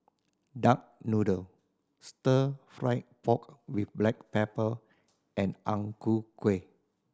duck noodle Stir Fry pork with black pepper and Ang Ku Kueh